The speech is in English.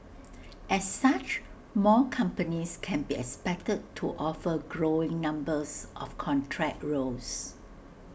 as such more companies can be expected to offer growing numbers of contract roles